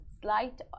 Slight